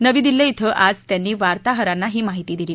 नवी दिल्ली इथं त्यांनी आज वार्ताहरांना ही माहिती दिली